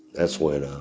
that's when